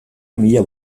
mila